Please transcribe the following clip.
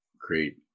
create